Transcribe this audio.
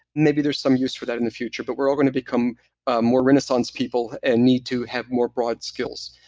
maybe there's some use for that in the future. but we're all going to become ah more renaissance people and need to have more broad skills.